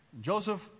Joseph